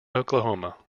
oklahoma